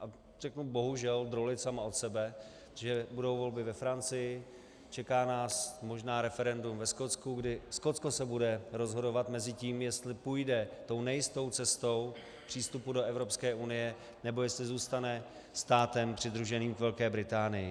a řeknu bohužel drolit sama od sebe, protože budou volby ve Francii, čeká nás možná referendum ve Skotsku, kdy Skotsko se bude rozhodovat mezi tím, jestli půjde tou nejistou cestou přístupu do Evropské unie, nebo jestli zůstane státem přidruženým k Velké Británii.